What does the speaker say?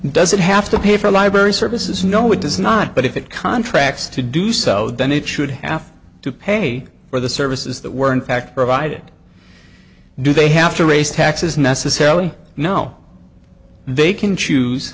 doesn't have to pay for library services no it does not but if it contracts to do so then it should have to pay for the services that were in fact provided do they have to raise taxes necessarily you know they can choose